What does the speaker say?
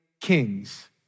kings